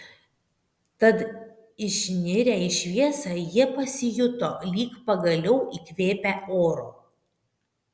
tad išnirę į šviesą jie pasijuto lyg pagaliau įkvėpę oro